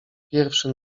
pierwszy